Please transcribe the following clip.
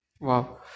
wow